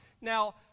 Now